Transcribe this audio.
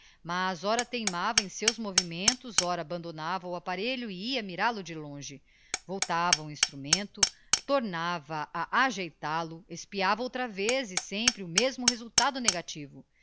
mas ora teimava em seus movimentos ora abandonava o apparelho e ia miral o de longe voltava ao instrumento torrava a ageital o espiava outra vez e sempre o mesmo resultado negativo